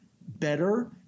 better